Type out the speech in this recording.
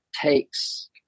takes